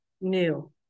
new